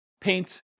paint